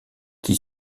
qui